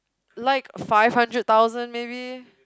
like five hundred thousand maybe